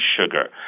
sugar